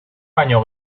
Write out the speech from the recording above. baino